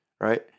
right